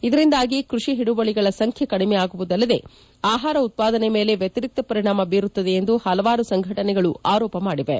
ಇದರಿಂದಾಗಿ ಕೃಷಿ ಹಿಡುವಳಗಳ ಸಂಖ್ಯೆ ಕಡಿಮೆ ಆಗುವುದಲ್ಲದೆ ಆಹಾರ ಉತ್ಪಾದನೆಯ ಮೇಲೆ ವ್ಯತಿರಿಕ್ತ ಪರಿಣಾಮ ಬೀರುತ್ತದೆ ಎಂದು ಹಲವಾರು ಸಂಘಟನೆಗಳು ಆರೋಪ ಮಾಡಿವೆ